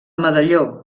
medalló